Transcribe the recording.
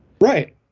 Right